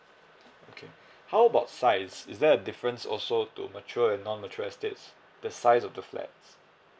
okay how about size is there a difference also to mature and non mature estates the size of the flats